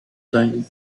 tren